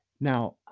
now